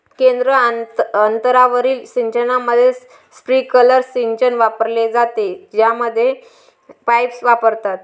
केंद्र अंतरावरील सिंचनामध्ये, स्प्रिंकलर सिंचन वापरले जाते, ज्यामध्ये पाईप्स वापरतात